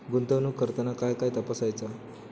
गुंतवणूक करताना काय काय तपासायच?